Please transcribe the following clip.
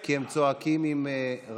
כי הם צועקים עם רמקול.